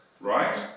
right